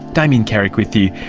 damien carrick with you,